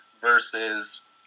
versus